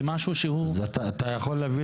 זה משהו שהוא --- אז אתה יכול להביא